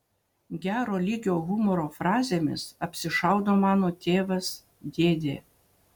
gero lygio humoro frazėmis apsišaudo mano tėvas dėdė